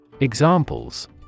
Examples